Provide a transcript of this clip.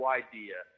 idea